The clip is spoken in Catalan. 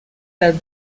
del